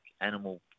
animal